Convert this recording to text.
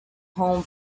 home